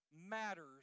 matters